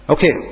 Okay